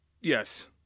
Yes